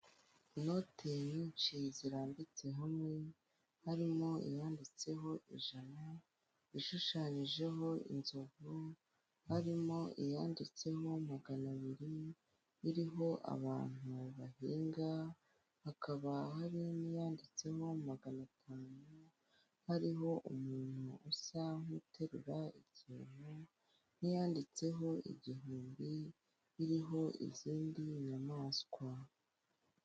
Inote nyinshi zirambitse hamwe harimo iyanditseho ijana ishushanyijemo inzovu, harimo iyanditsemo maganabiri iriho abantu bahinga, hakaba hariho n'iyanditsemo maganatanu hariho umuntu usa nk'uterura ikintu n'iyanditseho igihumbi iriho izindi nyamaswa.